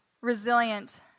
resilient